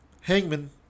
Hangman